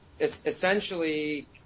essentially